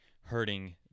hurting